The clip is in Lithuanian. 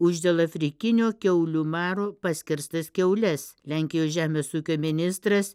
už dėl afrikinio kiaulių maro paskerstas kiaules lenkijos žemės ūkio ministras